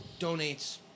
donates